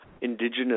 indigenous